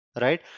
right